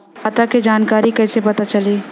खाता के जानकारी कइसे पता चली?